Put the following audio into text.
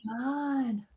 God